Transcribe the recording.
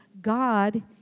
God